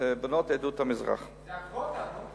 בנות עדות המזרח, זה הקווטה.